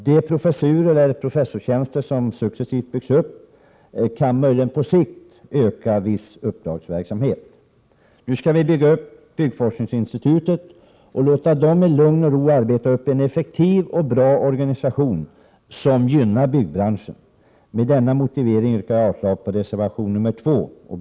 De professorstjänster som successivt byggs upp kan möjligen på sikt öka viss uppdragsverksamhet. Nu skall vi bygga upp byggforskningsinstitutet och låta människorna där i lugn och ro arbeta upp en effektiv och bra organisation som gynnar byggbranschen. Med denna motivering yrkar jag avslag på reservation 2.